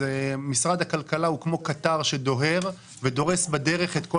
משרד הכלכלה הוא כמו קטר שדוהר ודורס בדרך את כל